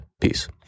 Peace